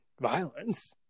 violence